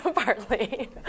partly